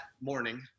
morning